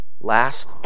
Last